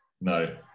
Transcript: no